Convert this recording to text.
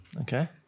okay